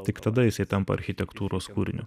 tik tada jisai tampa architektūros kūriniu